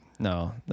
No